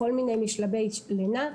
בכל מיני משלבי לינה,